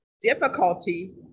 difficulty